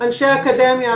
אנשי אקדמיה.